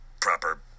proper